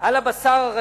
הבשר הרגיל,